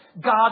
God